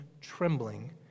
trembling